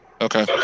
Okay